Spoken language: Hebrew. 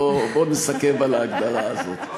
בוא נסכם על ההגדרה הזאת.